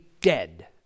dead